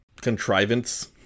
Contrivance